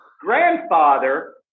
grandfather